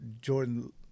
Jordan